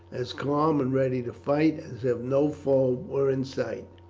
as calm and ready to fight as if no foe were in sight.